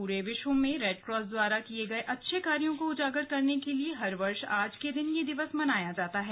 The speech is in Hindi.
पूरे विश्व में रेडक्रॉस द्वारा किये गये अच्छे कार्यों को उजागर करने के लिए हर वर्ष आज के दिन यह दिवस मनाया जाता है